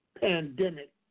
pandemic